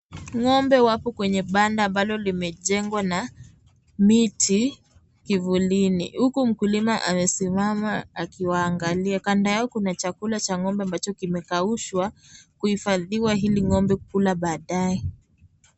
Ng'ombe wako kwenye banda ambalo limenjengwa na miti kivulini, huku mkulima amesimama akiwaangalia kando yao kuna chakula cha ng'ombe ambacho kimekaushwa kuhifadhiwa ili ng'ombe kukula baadaye.